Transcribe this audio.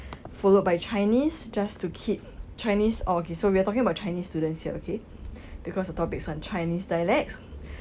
followed by chinese just to keep chinese orh so we are talking about chinese today here okay because the topics on chinese dialects